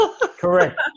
Correct